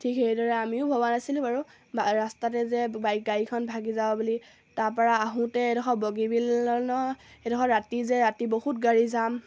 ঠিক সেইদৰে আমিও ভবা নাছিলোঁ বাৰু ৰাস্তাতে যে বা গাড়ীখন ভাগি যাব বুলি তাৰপৰা আহোঁতে এডোখৰ বগীবিল দলঙৰ সেইডোখৰ ৰাতি যে ৰাতি বহুত গাড়ী যাম